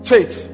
Faith